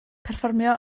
perfformio